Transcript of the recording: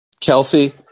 Kelsey